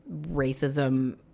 racism